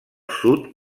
sud